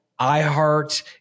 iHeart